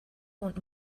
und